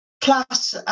plus